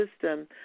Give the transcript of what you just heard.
system